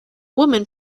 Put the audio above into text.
woman